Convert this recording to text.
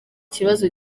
kibazo